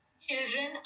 children